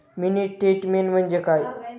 Mini statement म्हणजे काय?